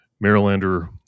Marylander